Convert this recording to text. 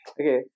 Okay